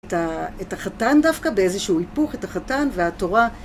את החתן דווקא באיזשהו היפוך, את החתן והתורה.